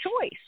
choice